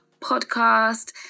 podcast